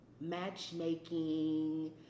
matchmaking